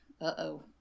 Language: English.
uh-oh